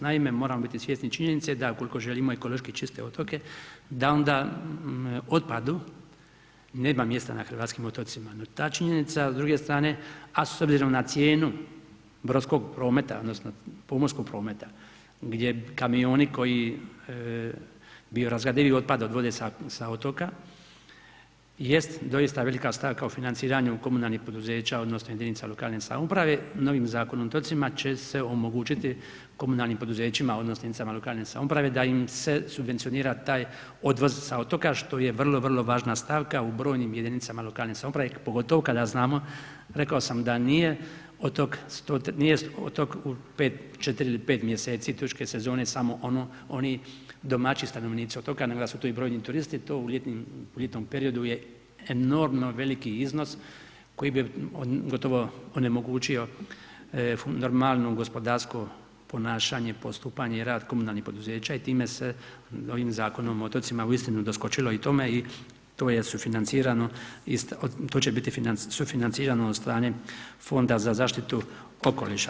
Naime, moramo biti svjesni činjenice da ukoliko želimo ekološki čiste otoke, da onda otpadu nema mjesta na hrvatskim otocima no ta činjenica s druge strane a s obzirom na cijenu brodskog prometa odnosno pomorskog prometa gdje kamioni koji biorazgradivi otpad odvode sa otoka jest doista velika stavka u financiranju komunalnih poduzeća odnosno jedinica lokalne samouprave, novim Zakonom o otocima će se omogućiti komunalnim poduzećima odnosno jedinicama lokalne samouprave da im se subvencionira taj odvoz sa otoka što je vrlo, vrlo važna stavka u brojnim jedinicama lokalne samouprave pogotovo kada znam, rekao sam da nije otok u 4 ili 5 mj. turističke sezone samo oni domaći stanovnici otoka nego da su to i brojni turisti, to u ljetnom periodu je enormno veliki iznos koji bi gotovo onemogućio normalno gospodarsko ponašanje i postupanje i rad komunalnih poduzeća i time se novim Zakonom o otocima doskočilo i tome i to će biti sufinancirano od strane Fonda za zaštitu okoliša.